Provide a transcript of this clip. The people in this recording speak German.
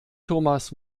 thomas